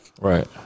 right